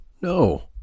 No